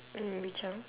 mm which one